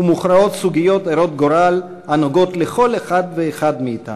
ומוכרעות סוגיות הרות גורל הנוגעות בכל אחד ואחד מאתנו.